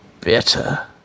Bitter